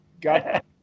got